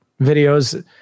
videos